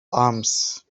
arms